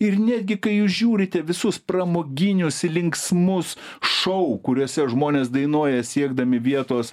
ir netgi kai jūs žiūrite visus pramoginius linksmus šou kuriuose žmonės dainuoja siekdami vietos